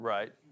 Right